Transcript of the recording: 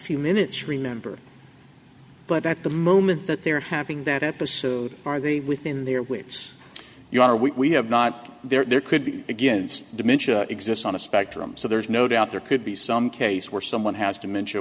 few minutes remember but at the moment that they're having that episode are they within their wits you are we have not there could be against dementia exists on a spectrum so there's no doubt there could be some case where someone has dementia